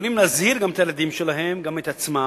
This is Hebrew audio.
הם יכולים להזהיר גם את הילדים שלהם, גם את עצמם,